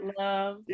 love